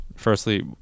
firstly